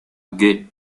gay